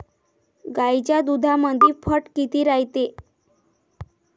गाईच्या दुधामंदी फॅट किती रायते?